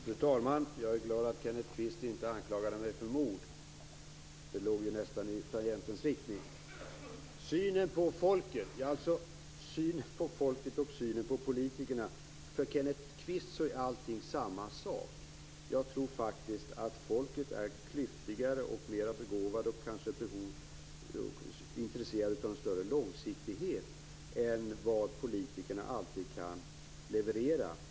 Fru talman! Jag är glad att Kenneth Kvist inte anklagade mig för mord. Det låg nästan i tangentens riktning. Synen på folket och synen på politikerna: för Kenneth Kvist är allting samma sak. Jag tror faktiskt att folket är klyftigare och mer begåvat och är intresserat av mer långsiktighet än vad politikerna alltid kan leverera.